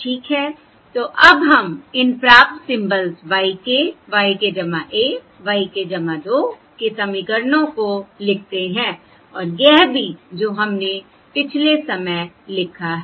तो अब हम इन प्राप्त symbols y k y k 1 y k 2 के समीकरणों को लिखते हैं और यह भी जो हमने पिछले समय लिखा है